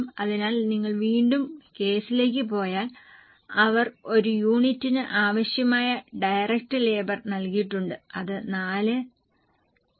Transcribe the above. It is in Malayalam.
അതിനാൽ നിങ്ങൾ വീണ്ടും കേസിലേക്ക് പോയാൽ അവർ ഒരു യൂണിറ്റിന് ആവശ്യമായ ഡയറക്റ്റ് ലേബർ നൽകിയിട്ടുണ്ട് അത് 4 4 3